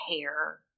hair